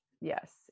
Yes